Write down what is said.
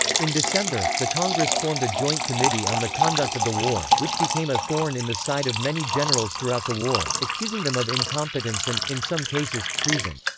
in december, the congress formed a joint committee on the conduct of the war, which became a thorn in the side of many generals throughout the war, accusing them of incompetence and, in some cases, treason.